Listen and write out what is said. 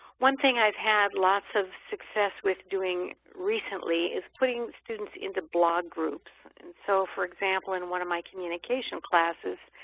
one thing i've had lots of success with doing recently is putting students into blog groups and so for example in one of my communication classes,